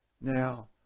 Now